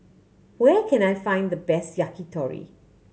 where can I find the best Yakitori